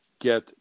get